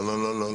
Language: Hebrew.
לא, לא.